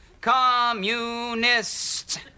Communists